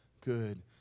good